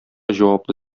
җаваплы